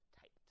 tight